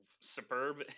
superb